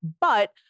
But-